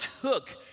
took